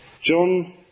John